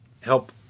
help